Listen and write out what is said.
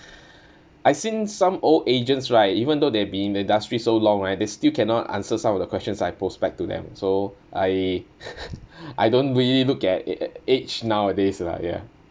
I seen some old agents right even though they have been in the industry so long right they still cannot answer some of the questions I pose back to them so I I don't really look at a~a~ age nowadays lah ya